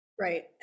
Right